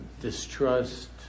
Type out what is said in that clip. distrust